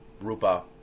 rupa